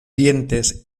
dientes